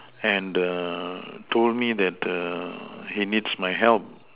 and err told me that err he needs my help